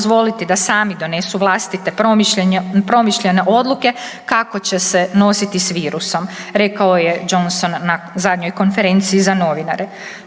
da sami donesu vlastite promišljene odluke kako će se nositi s virusom, rekao je Johnson na zadnjoj konferenciji za novinare.